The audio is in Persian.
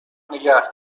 نگه